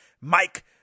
Mike